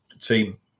team